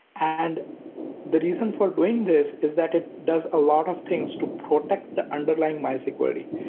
and the reason for doing this is that it does a lot of things to protect the underlying mysql d.